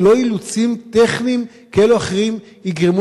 ולא אילוצים טכניים כאלה או אחרים יגרמו